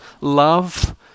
love